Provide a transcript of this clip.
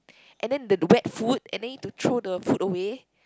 and then the wet food and then need to throw the food away